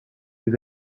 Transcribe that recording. ses